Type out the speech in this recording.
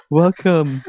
welcome